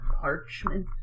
parchment